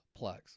Plex